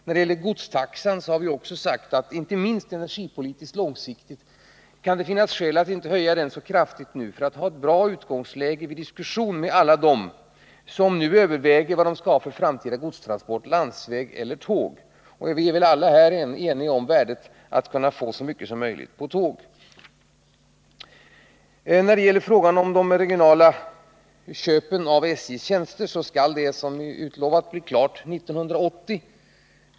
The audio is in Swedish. När det gäller godstaxan har vi ansett att det, inte minst energipolitiskt på lång sikt, kan finnas skäl att inte höja den så kraftigt nu för att ha ett bra utgångsläge vid diskussion med alla dem som överväger vad de skall ha för framtida godstransporter: landsväg eller järnväg. Vi är väl här eniga om värdet av att kunna få så mycket som möjligt av dessa transporter på järnväg. När det gäller frågan om de regionala köpen av SJ:s tjänster skall riktlinjerna, som utlovats, bli klara 1980.